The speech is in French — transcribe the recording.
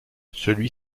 celui